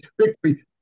victory